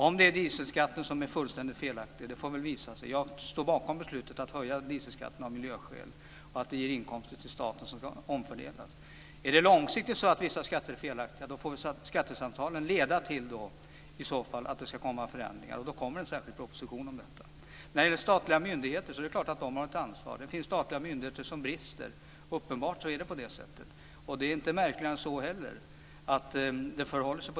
Om dieselskatten är fullständigt felaktig får väl visa sig. Jag står av miljöskäl bakom beslutet om att höja dieselskatten. Det ger inkomster till staten som sedan ska omfördelas. Om vissa skatter långsiktigt är felaktiga får skattesamtalen i så fall leda till förändringar, och då kommer det en särskild proposition om detta. Det är klart att statliga myndigheter har ett ansvar, men det är uppenbart att det finns statliga myndigheter som brister. Märkligare än så är det inte.